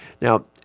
Now